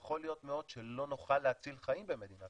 יכול מאוד להיות שלא נוכל להציל חיים במדינת